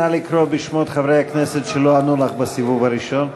נא לקרוא בשמות חברי הכנסת שלא ענו לך בסיבוב הראשון.